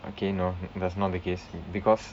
okay no that's not the case because